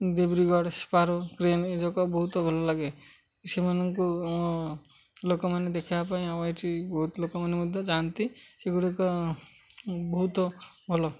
ଦେବ୍ରିଗଡ଼ ସ୍ପାର କ୍ରେନ ଏଯାକ ବହୁତ ଭଲ ଲାଗେ ସେମାନଙ୍କୁ ଲୋକମାନେ ଦେଖାଇବା ପାଇଁ ଆଉ ଏଠି ବହୁତ ଲୋକମାନେ ମଧ୍ୟ ଯାଆନ୍ତି ସେଗୁଡ଼ିକ ବହୁତ ଭଲ